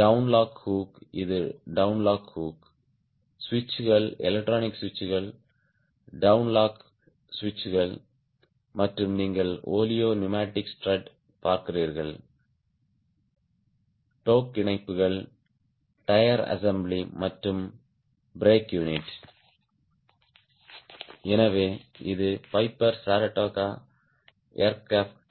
down lock hook இது down lock hook சுவிட்சுகள் electronic சுவிட்சுகள் டவுன் லாக் சுவிட்சுகள் மற்றும் நீங்கள் ஓலியோ நியூமேடிக் ஸ்ட்ரட் பார்க்கிறீர்கள் டோக் இணைப்புகள் டயர் அசெம்பிளி மற்றும் பிரேக் யூனிட் எனவே இது பைபர் சரடோகா ஏர்கிராப்ட்